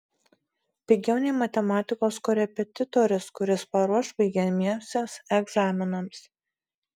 pigiau nei matematikos korepetitorius kuris paruoš baigiamiesiems egzaminams